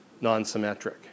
non-symmetric